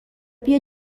بیا